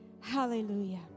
Hallelujah